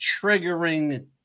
triggering